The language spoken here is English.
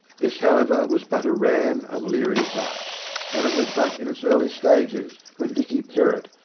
this, however, was but a rann and leary fight and it was but in its early stages when dicky perrott,